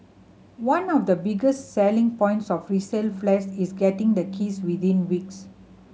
one of the biggest selling points of resale flats is getting the keys within weeks